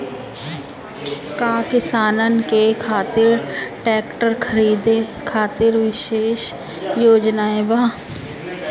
का किसानन के खातिर ट्रैक्टर खरीदे खातिर विशेष योजनाएं बा?